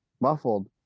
muffled